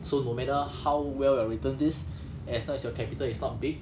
so no matter how well your returns is as long as your capital is not big